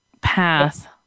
path